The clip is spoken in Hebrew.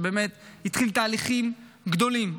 שבאמת התחיל תהליכים גדולים,